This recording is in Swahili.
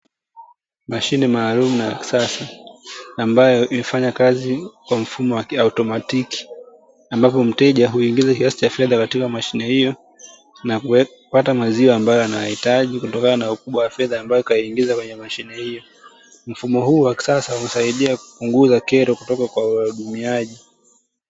Mashine maalumu na ya kisasa ambayo inafanya kazi kwa mfumo wa kiautomatiki, ambapo mteja huingiza kiasi cha fedha katika mashine hiyo na kupata maziwa ambayo anayohitaji, kutokana na ukubwa wa fedha ambayo kaiingiza kwenye mashine hiyo. Mfumo huu wa kisasa husaidia kupunguza kero kutoka kwa wahudumiaji.